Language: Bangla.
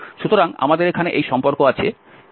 সুতরাং আমাদের এখানে এই সম্পর্ক আছে যে li1cos i xi